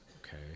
okay